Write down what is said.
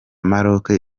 maroc